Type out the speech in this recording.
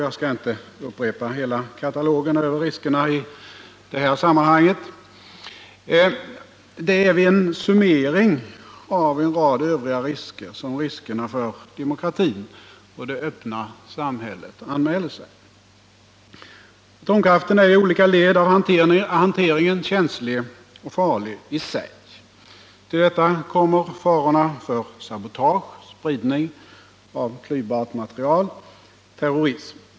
Jag skall inte upprepa hela katalogen över risker i detta sammanhang. Men det är vid en summering av en rad övriga risker som riskerna för demokratin och det öppna samhället anmäler sig. Atomkraften i sig är i olika led av hanteringen känslig och farlig. Till detta kommer farorna för sabotage, spridning av klyvbart material och terrorism.